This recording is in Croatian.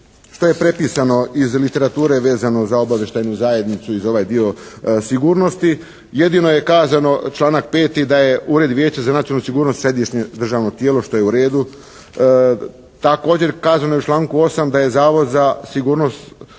što je prepisano iz literature vezano za obavještajnu zajednicu i za ovaj dio sigurnosti. Jedino je kazano članak 5. da je Ured vijeća za nacionalnu sigurnost središnje državno tijelo, što je u redu. Također kazano je u članku 8. da je Zavod za sigurnost